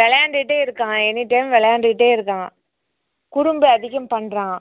விளையாண்டுட்டே இருக்கான் எனிடைம் விளாண்டுட்டே இருக்கான் குறும்பு அதிகம் பண்ணுறான்